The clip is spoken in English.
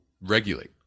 regulate